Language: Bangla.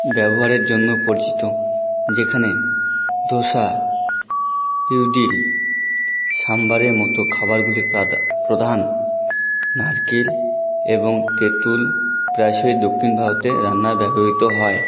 ব্যবহারের জন্য পরিচিত যেখানে ধোসা ইউডিল সাম্বরের মতো খাবারগুলি যে প্রধান নারকেল এবং তেঁতুল প্রায়শই দক্ষিণ ভারতে রান্নায় ব্যবহৃত হয়